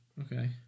Okay